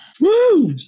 Woo